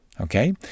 Okay